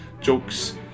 jokes